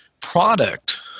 product